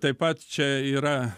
taip pat čia yra